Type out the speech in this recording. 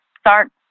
start